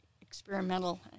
experimental